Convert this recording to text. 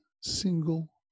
single